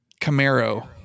Camaro